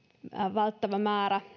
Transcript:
välttävä määrä